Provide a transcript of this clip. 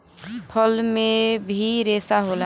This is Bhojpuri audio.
फल में भी रेसा होला